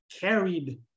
carried